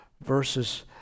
verses